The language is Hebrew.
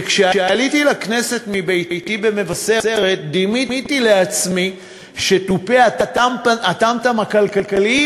וכשעליתי לכנסת מביתי במבשרת דימיתי לעצמי שתופי הטם-טם הכלכליים,